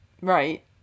Right